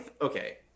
Okay